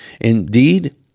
Indeed